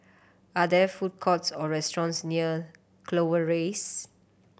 are there food courts or restaurants near Clover Rise